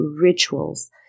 rituals